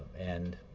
and